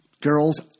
girls